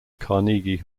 carnegie